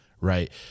right